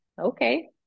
okay